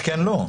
כן או לא.